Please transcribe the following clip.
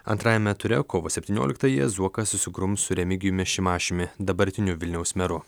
antrajame ture kovo septynioliktąją zuokas susigrums su remigijumi šimašiumi dabartiniu vilniaus meru